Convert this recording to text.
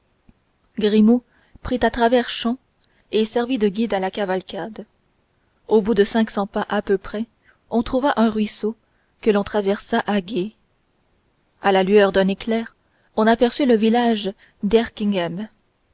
grimaud prit à travers champs et servit de guide à la cavalcade au bout de cinq cents pas à peu près on trouva un ruisseau que l'on traversa à gué à la lueur d'un éclair on aperçut le village d'erquinghem